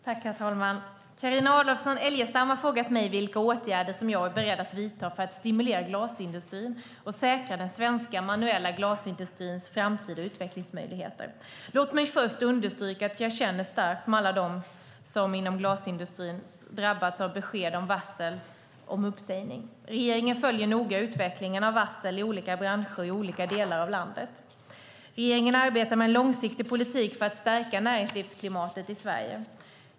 Herr talman! Carina Adolfsson Elgestam har frågat mig vilka åtgärder jag är beredd att vidta för att stimulera glasindustrin och säkra den svenska manuella glasindustrins framtid och utvecklingsmöjligheter. Låt mig först understryka att jag känner starkt med alla dem inom glasindustrin som drabbats av besked om varsel om uppsägning. Regeringen följer noga utvecklingen av varsel i olika branscher och i olika delar av landet. Regeringen arbetar med en långsiktig politik för att stärka näringslivsklimatet i Sverige.